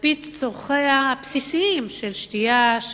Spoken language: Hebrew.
על-פי צרכיה הבסיסיים של שתייה,